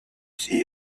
see